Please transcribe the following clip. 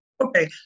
Okay